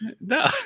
no